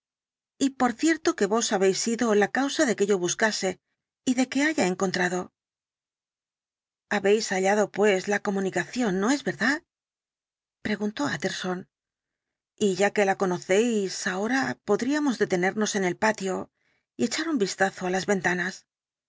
y por cierto que vos habéis sido incidente la causa de que yo buscase y de que haya encontrado habéis hallado pues la comunicación no es verdad preguntó utterson y ya que la conocéis ahora podríamos detenernos en el patio y echar un vistazo á las ventanas